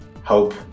hope